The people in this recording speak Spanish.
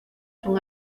son